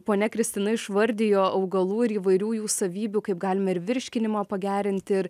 ponia kristina išvardijo augalų ir įvairių jų savybių kaip galime ir virškinimą pagerinti ir